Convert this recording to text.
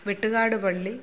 വെട്ട്കാട് പള്ളി